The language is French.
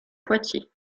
poitiers